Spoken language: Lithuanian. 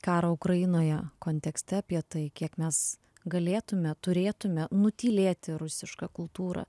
karo ukrainoje kontekste apie tai kiek mes galėtume turėtume nutylėti rusiška kultūra